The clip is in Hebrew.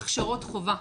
הכשרות חובה.